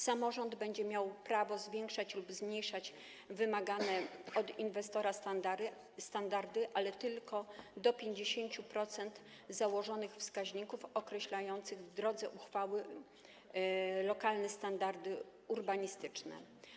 Samorząd będzie miał prawo zwiększać lub zmniejszać wymagane od inwestora standardy, ale tylko do 50% założonych wskaźników, określając, w drodze uchwały, lokalne standardy urbanistyczne.